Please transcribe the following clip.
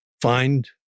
find